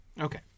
okay